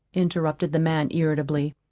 interrupted the man irritably.